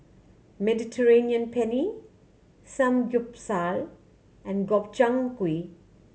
Mediterranean Penne Samgyeopsal and Gobchang Gui